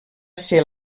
ser